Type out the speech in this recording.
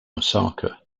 osaka